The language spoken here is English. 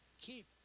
keep